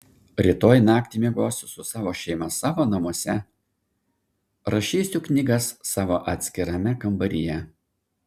rytoj naktį miegosiu su savo šeima savo namuose rašysiu knygas savo atskirame kambaryje